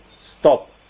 stop